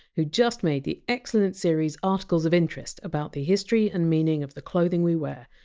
who just made the excellent series articles of interest about the history and meaning of the clothing we wear.